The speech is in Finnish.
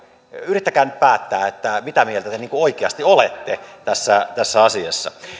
yrittäkää nyt päättää mitä mieltä te oikeasti olette tässä tässä asiassa